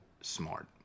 smart